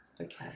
okay